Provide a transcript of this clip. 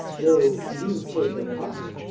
though you take her part.